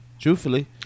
Truthfully